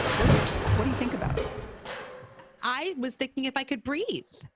what what do you think about i was thinking if i could breathe.